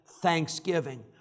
thanksgiving